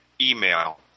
email